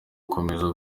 gukomeza